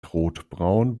rotbraun